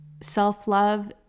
self-love